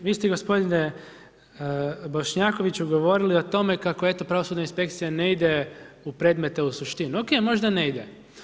Vi ste gospodine Bošnjakoviću govorili o tome, kako pravosudna inspekcija ne ide u predmete u suštinu, ok možda ne ide.